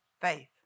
faith